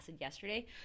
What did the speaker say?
yesterday